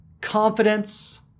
confidence